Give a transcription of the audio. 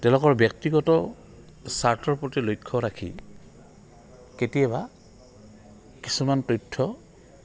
তেওঁলোকৰ ব্যক্তিগত স্বাৰ্থৰ প্ৰতি লক্ষ্য ৰাখি কেতিয়াবা কিছুমান তথ্য